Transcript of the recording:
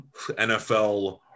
nfl